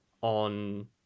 on